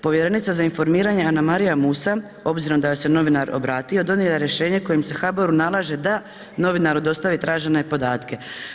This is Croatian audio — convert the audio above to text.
Povjerenica za informiranje, Anamarija Musa, obzirom da joj se novinar obratio, donijela je rješenje kojim se HBOR-u nalaže da novinaru dostavi tražene podatke.